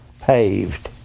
paved